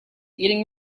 eating